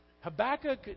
Habakkuk